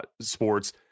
sports